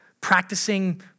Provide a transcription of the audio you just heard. practicing